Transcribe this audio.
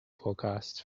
forecast